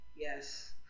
Yes